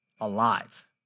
alive